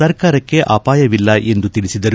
ಸರ್ಕಾರಕ್ಕೆ ಅಪಾಯವಿಲ್ಲ ಎಂದು ಅವರು ತಿಳಿಸಿದರು